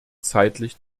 zeitlich